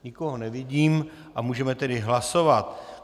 Nikoho nevidím a můžeme tedy hlasovat.